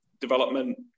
development